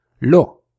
Lo